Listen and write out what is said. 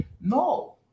No